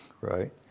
right